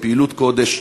היא פעילות קודש,